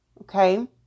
Okay